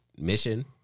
mission